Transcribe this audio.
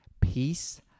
Peace